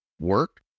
work